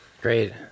Great